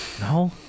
No